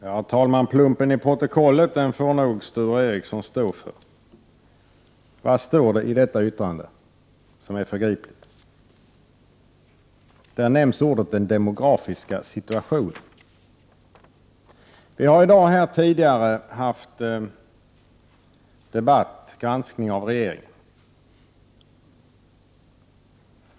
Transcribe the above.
Herr talman! Plumpen i protokollet får nog Sture Ericson stå för. Vad är det som är förgripligt i mitt särskilda yttrande? Där nämns uttrycket ”den demografiska situationen”. Vi har tidigare här i dag haft en debatt om granskning av regeringen.